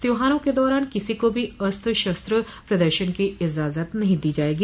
त्यौहारों के दौरान किसी को भी अस्त्र शस्त्र प्रदर्शन की इजाजत नहीं दी जायेगी